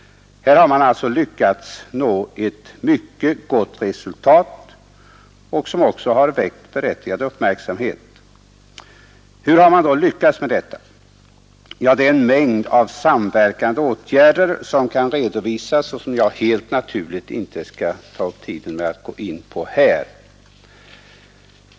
Där har man nått ett mycket gott resultat, som också väckt berättigad uppmärksamhet. Hur har man då lyckats med detta? Ja, det är en mängd samverkande åtgärder som kan redovisas och som jag helt naturligt inte skall ta upp tiden med att gå in på här.